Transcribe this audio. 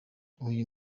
uyu